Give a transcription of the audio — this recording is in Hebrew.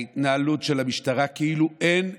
ההתנהלות של המשטרה כאילו אין משטרה,